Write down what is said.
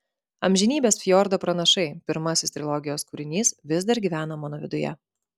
amžinybės fjordo pranašai pirmasis trilogijos kūrinys vis dar gyvena mano viduje